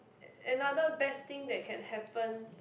another best thing that can happen